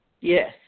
Yes